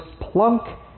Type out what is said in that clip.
plunk